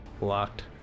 Locked